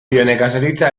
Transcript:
bionekazaritza